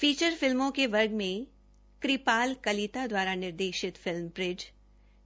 feature फिल्मों के वर्ग में कृपाल कलिता द्वारा निर्देशित फिल्म ब्रिज